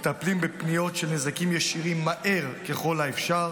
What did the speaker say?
מטפלים בפניות של נזקים ישירים מהר ככל האפשר.